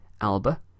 Alba